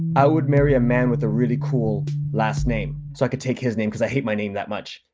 i would marry a man with a really cool last name so i could take his name, because i hate my name that much.